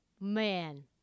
Man